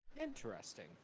Interesting